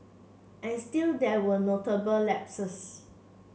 and still there were notable lapses